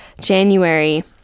January